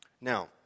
Now